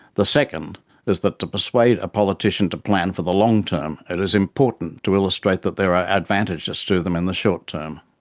the second is that to persuade a politician to plan for the long-term, it is important to illustrate that there are advantages to them in the short-term.